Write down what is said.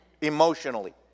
Emotionally